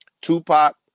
Tupac